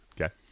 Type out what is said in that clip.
Okay